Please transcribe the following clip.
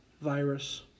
virus